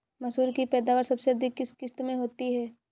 मसूर की पैदावार सबसे अधिक किस किश्त में होती है?